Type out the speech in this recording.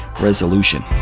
resolution